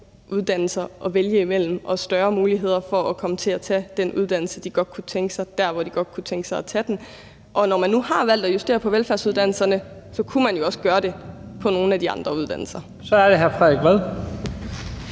uddannelser at vælge imellem og større muligheder for at komme til at tage den uddannelse, de godt kunne tænke sig, der, hvor de godt kunne tænke sig at tage den. Når man nu har valgt at justere på velfærdsuddannelserne, kunne man jo også gøre det på nogle af de andre uddannelser. Kl. 18:00 Første